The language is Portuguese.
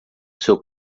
seu